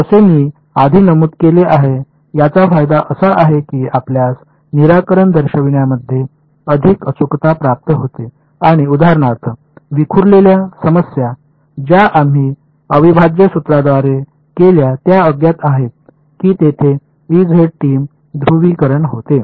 म्हणूनच जसे मी आधी नमूद केले आहे त्याचा फायदा असा आहे की आपल्यास निराकरण दर्शविण्यामध्ये अधिक अचूकता प्राप्त होते आणि उदाहरणार्थ विखुरलेल्या समस्या ज्या आम्ही अविभाज्य सूत्राद्वारे केल्या त्या अज्ञात आहेत की तेथे टीएम ध्रुवीकरण होते